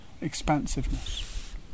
expansiveness